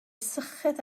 syched